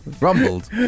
rumbled